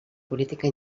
política